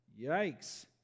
Yikes